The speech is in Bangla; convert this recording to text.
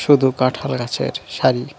শুধু কাঁঠাল গাছের সারি